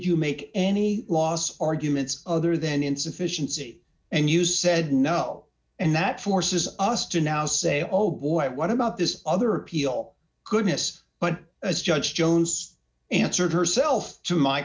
you make any last arguments other than insufficiency and you said no and that forces us to now say oh boy what about this other appeal could miss but as judge jones answered herself to my